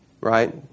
right